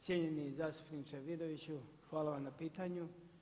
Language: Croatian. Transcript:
Cijenjeni zastupniče Vidoviću, hvala vam na pitanju.